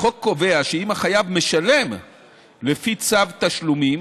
החוק קובע שאם חייב משלם לפי צו תשלומים,